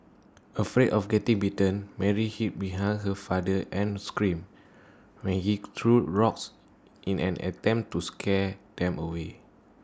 afraid of getting bitten Mary hid behind her father and screamed while he threw rocks in an attempt to scare them away